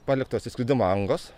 paliktos išskridimo angos